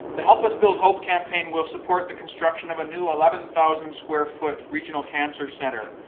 the help us build hope campaign will support the construction of a new, eleven thousand square foot regional cancer centre.